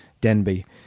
Denby